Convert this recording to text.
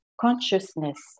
consciousness